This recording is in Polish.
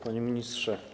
Panie Ministrze!